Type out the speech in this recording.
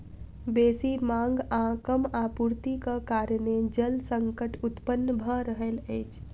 बेसी मांग आ कम आपूर्तिक कारणेँ जल संकट उत्पन्न भ रहल अछि